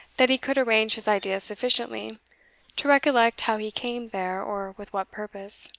that he could arrange his ideas sufficiently to recollect how he came there, or with what purpose.